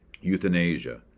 euthanasia